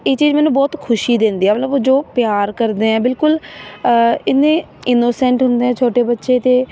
ਇਹ ਚੀਜ਼ ਮੈਨੂੰ ਬਹੁਤ ਖੁਸ਼ੀ ਦਿੰਦੀ ਆ ਮਤਲਬ ਜੋ ਪਿਆਰ ਕਰਦੇ ਹੈ ਬਿਲਕੁਲ ਇੰਨੇ ਇਨੋਸੈਂਟ ਹੁੰਦੇ ਆ ਛੋਟੇ ਬੱਚੇ ਅਤੇ